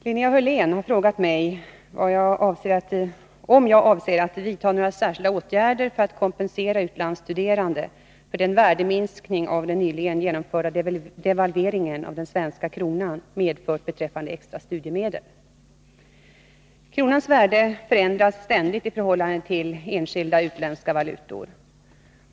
Fru talman! Linnea Hörlén har frågat mig om jag avser att vidta några åtgärder för att kompensera utlandsstuderande för den värdeminskning som den nyligen genomförda devalveringen av den svenska kronan medfört beträffande extra studiemedel. Kronans värde förändras ständigt i förhållande till enskilda utländska valutor.